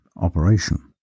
operation